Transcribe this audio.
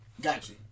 Gotcha